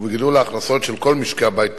ובגידול ההכנסות של כל משקי הבית בישראל.